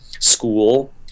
school